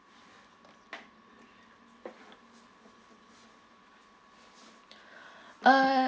uh